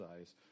eyes